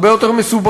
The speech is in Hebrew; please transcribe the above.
הרבה יותר מסובכים,